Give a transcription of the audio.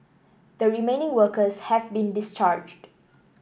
the remaining workers have been discharged